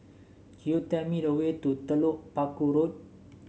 could you tell me the way to Telok Paku Road